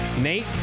Nate